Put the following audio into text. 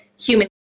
human